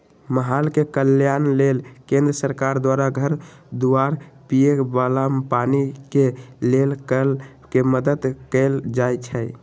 मलाह के कल्याण लेल केंद्र सरकार द्वारा घर दुआर, पिए बला पानी के लेल कल के मदद कएल जाइ छइ